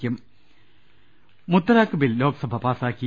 ങ്ങ ൽ മുത്തലാഖ് ബിൽ ലോക്സഭ പാസാക്കി